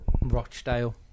Rochdale